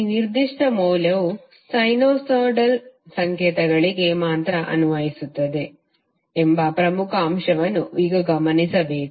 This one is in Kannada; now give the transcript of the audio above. ಈ ನಿರ್ದಿಷ್ಟ ಮೌಲ್ಯವು ಸೈನುಸೈಡಲ್ ಸಂಕೇತಗಳಿಗೆ ಮಾತ್ರ ಅನ್ವಯಿಸುತ್ತದೆ ಎಂಬ ಪ್ರಮುಖ ಅಂಶವನ್ನು ಈಗ ಗಮನಿಸಬೇಕು